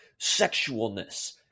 sexualness